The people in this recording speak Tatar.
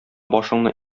башыңны